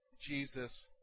Jesus